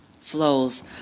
flows